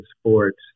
sports